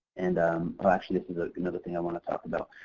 and um actually this is ah another thing i want to talk about.